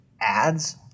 ads